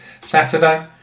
Saturday